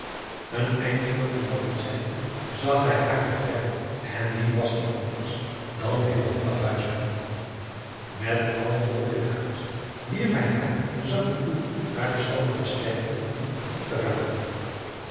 een eind voortgewandeld zijnde zag hij haar van verre en wie was die anders dan hillegonda buisman met allen mogelijken haast wierp hij haar den zakdoek toe maar de schoone was verre van diep op te rapen